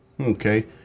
Okay